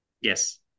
Yes